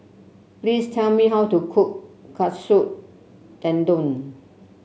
please tell me how to cook Katsu Tendon